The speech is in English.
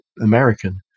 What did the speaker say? American